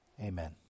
Amen